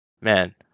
Man